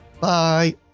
Bye